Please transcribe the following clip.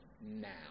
now